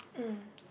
mm